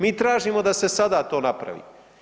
Mi tražimo da se sada to napravi.